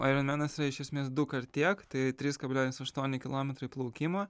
aironmenas yra iš esmės dukart tiek tai trys kablelis aštuoni kilometrai plaukimo